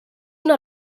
una